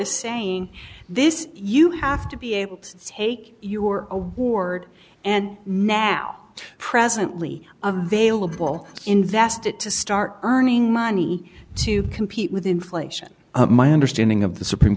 is saying this you have to be able to take your award and now presently a vailable invested to start earning money to compete with inflation my understanding of the supreme